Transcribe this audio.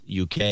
UK